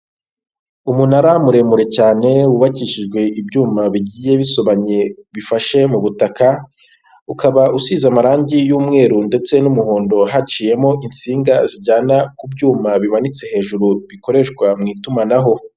Umunara muremure cyane wubakishijwe ibyuma bigiye bisobanye bifashe mu butaka ukaba usize amarangi y'umweru ndetse n'umuhondo haciyemo insinga zijyana ku byuma bimanitse hejuru bikoreshwa mu itumanaho.